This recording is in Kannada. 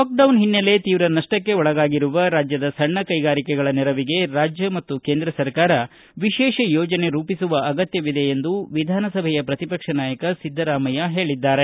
ಲಾಕ್ಡೌನ್ ಹಿನ್ನೆಲೆ ತೀವ್ರ ನಷ್ಟಕ್ಕೆ ಒಳಗಾಗಿರುವ ರಾಜ್ಯದ ಸಣ್ಣ ಕೈಗಾರಿಕೆಗಳ ನೆರವಿಗೆ ರಾಜ್ಯ ಮತ್ತು ಕೇಂದ್ರ ಸರ್ಕಾರ ವಿಶೇಷ ಯೋಜನೆ ರೂಪಿಸುವ ಅಗತ್ಯವಿದೆ ಎಂದು ವಿಧಾನಸಭೆಯ ಪ್ರತಿಪಕ್ಷ ನಾಯಕ ಸಿದ್ದರಾಮಯ್ಯ ಹೇಳಿದ್ದಾರೆ